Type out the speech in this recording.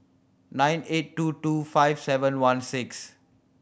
nine eight two two five seven one six